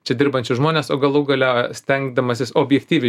čia dirbančius žmones o galų gale stengdamasis objektyviai